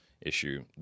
issue